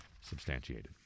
substantiated